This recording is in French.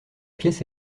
pièce